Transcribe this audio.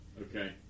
Okay